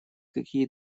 какие